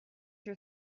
your